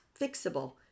fixable